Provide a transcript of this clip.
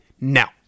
now